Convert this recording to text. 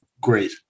great